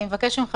אני מבקשת ממך,